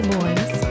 boys